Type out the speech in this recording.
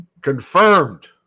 confirmed